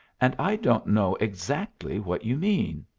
and i don't know exactly what you mean.